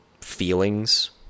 feelings